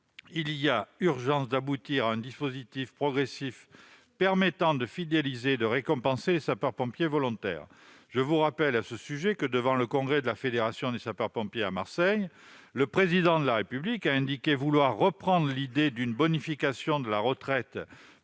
Il est urgent d'aboutir à un dispositif progressif permettant de fidéliser et de récompenser les sapeurs-pompiers volontaires. Je vous rappelle à ce sujet que, devant le congrès de la Fédération nationale des sapeurs-pompiers de France, qui s'est tenu à Marseille, le Président de la République a indiqué vouloir reprendre l'idée d'une bonification de la retraite